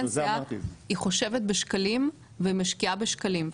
היא חושבת בשקלים ומשקיעה בשקלים.